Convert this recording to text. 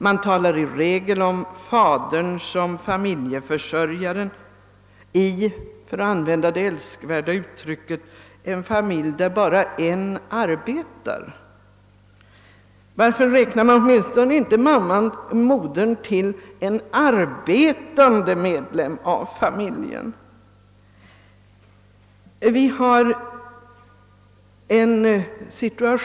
Man talar i regel om fadern som familjeförsörjaren i — för att använda det älskvärda uttrycket — en familj där bara en arbetar. Varför räknar man åtminstone inte modern som en arbetande medlem av familjen?